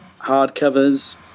hardcovers